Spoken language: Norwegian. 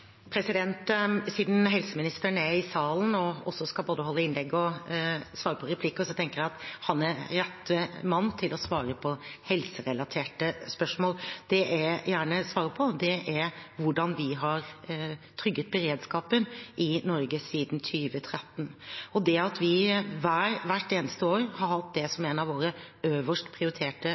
Siden helseministeren er i salen og også skal både holde innlegg og svare på replikker, tenker jeg at han er rett mann til å svare på helserelaterte spørsmål. Det jeg gjerne svarer på, er hvordan vi har trygget beredskapen i Norge siden 2013. Det at vi hvert eneste år har hatt det som en av våre øverst prioriterte